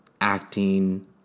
acting